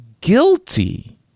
guilty